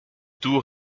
tour